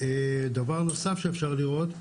דבר נוסף שאפשר לראות,